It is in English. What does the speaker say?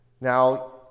Now